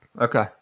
okay